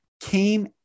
came